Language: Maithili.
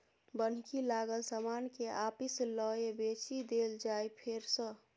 बन्हकी लागल समान केँ आपिस लए बेचि देल जाइ फेर सँ